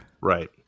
Right